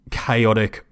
chaotic